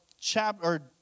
chapter